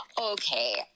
Okay